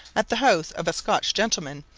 at the house of a scotch gentleman,